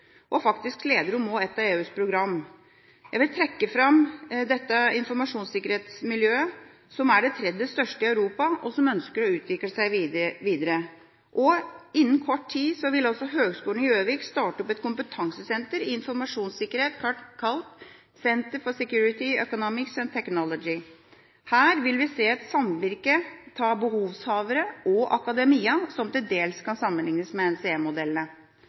og faktisk leder de ett av EUs programmer. Jeg vil trekke fram dette informasjonssikkerhetsmiljøet på Gjøvik, som er det tredje største i Europa, og som ønsker å utvikle seg videre. Innen kort tid vil Høgskolen i Gjøvik starte opp et kompetansesenter i informasjonssikkerhet kalt Center for Security Economics and Technology, CSET. Her vil vi se et samvirke av behovshavere og akademia, som til dels kan sammenliknes med